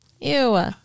Ew